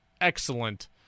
excellent